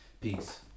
Peace